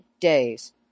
days